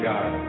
God